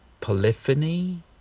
polyphony